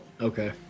okay